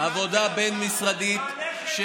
עבודה בין-משרדית,